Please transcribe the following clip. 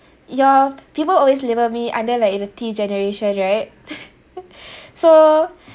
your people always label me under like the T generation right so